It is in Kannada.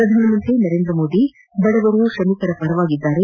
ಪ್ರಧಾನಮಂತ್ರಿ ನರೇಂದ್ರ ಮೋದಿ ಬಡವರ ಶ್ರಮಿಕರ ಪರವಾಗಿದ್ದು